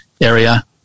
area